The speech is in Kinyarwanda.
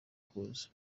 kuza